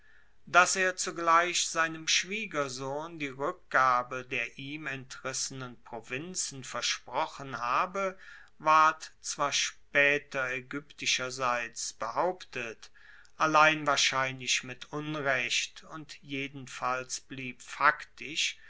dass er zugleich seinem schwiegersohn die rueckgabe der ihm entrissenen provinzen versprochen habe ward zwar spaeter aegyptischerseits behauptet allein wahrscheinlich mit unrecht und jedenfalls blieb faktisch